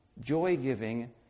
joy-giving